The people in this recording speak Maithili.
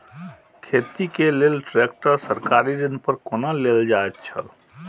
खेती के लेल ट्रेक्टर सरकारी ऋण पर कोना लेल जायत छल?